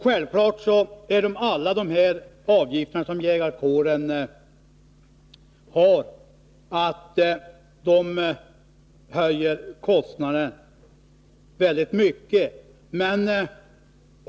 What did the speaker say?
Självfallet höjer alla de avgifter som jägarkåren har kostnaden väldigt mycket.